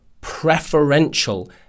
preferential